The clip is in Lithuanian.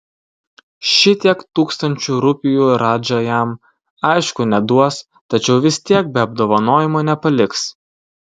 šitiek tūkstančių rupijų radža jam aišku neduos tačiau vis tiek be apdovanojimo nepaliks